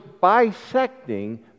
bisecting